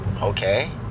Okay